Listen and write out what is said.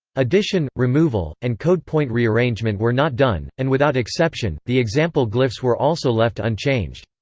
addition, removal, and code point rearrangement were not done, and without exception, the example glyphs were also left unchanged.